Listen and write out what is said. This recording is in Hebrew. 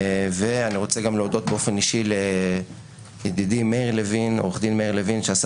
אני רוצה להודות באופן אישי גם לידידי עו"ד מאיר לוין שעשה